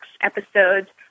episodes